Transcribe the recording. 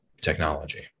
technology